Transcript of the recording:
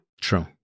True